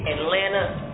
Atlanta